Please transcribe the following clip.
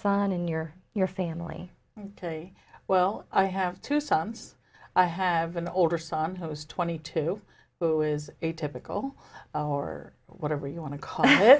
son and your your family today well i have two sons i have an older son who's twenty two who is a typical or whatever you want to call him